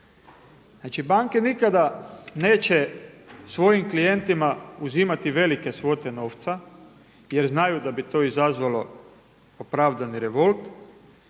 Znači, banke nikada neće svojim klijentima uzimati velike svote novca jer znaju da bi to izazvalo opravdani revolt,